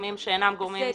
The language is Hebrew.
גורמים שאינם גורמים ישראלים.